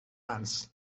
ants